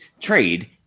trade